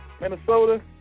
Minnesota